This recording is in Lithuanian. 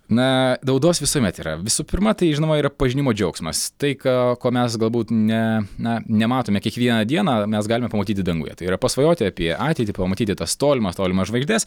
na naudos visuomet yra visų pirma tai žinoma yra pažinimo džiaugsmas tai ką ko mes galbūt ne na nematome kiekvieną dieną mes galime pamatyti danguje tai yra pasvajoti apie ateitį pamatyti tas tolimas tolimas žvaigždes